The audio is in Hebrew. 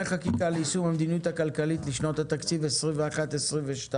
חקיקה ליישום המדיניות הכלכלית לשנות התקציב 2021 ו-2022)